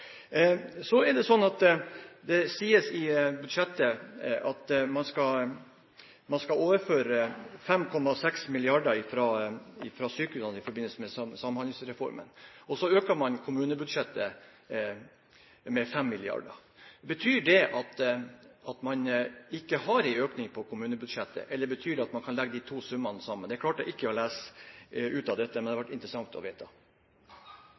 Så er det sånn at det sies i budsjettet at man skal overføre 5,6 mrd. kr fra sykehusene i forbindelse med Samhandlingsreformen, og så øker man kommunebudsjettet med 5 mrd. kr. Betyr det at man ikke har en økning på kommunebudsjettet, eller betyr det at man kan legge de to summene sammen? Det klarte jeg ikke å lese ut av dette, men det hadde det vært interessant å